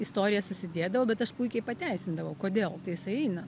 istorija susidėdavo bet aš puikiai pateisindavau kodėl tai jis eina